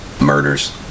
murders